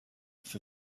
für